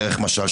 דרך משל,